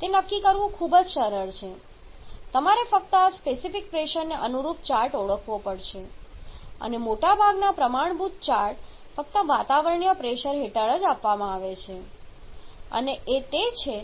તે નક્કી કરવું ખૂબ જ સરળ છે તમારે ફક્ત આ સ્પેસિફિક પ્રેશરને અનુરૂપ ચાર્ટ ઓળખવો પડશે અને મોટાભાગના પ્રમાણભૂત ચાર્ટ ફક્ત વાતાવરણીય પ્રેશર હેઠળ જ આપવામાં આવે છે અને એ તે છે